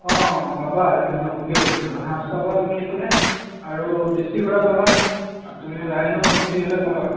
অঁ পাবা আজিকালি নতুনকৈ হৈছে সাজ পাবা তুমি এইফালে আৰু দেশী সুৰা পাবা আৰু তুমি ৰাইন' মস্তি সেইবিলাক পাবা